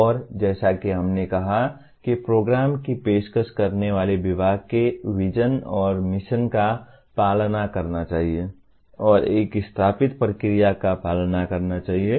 और जैसा कि हमने कहा कि प्रोग्राम की पेशकश करने वाले विभाग के विजन और मिशन का पालन करना चाहिए और एक स्थापित प्रक्रिया का पालन करना चाहिए